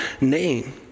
name